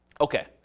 Okay